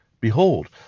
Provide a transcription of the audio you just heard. Behold